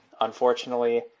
Unfortunately